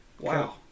wow